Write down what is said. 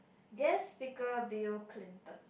guest speaker Bill-Clinton